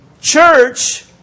church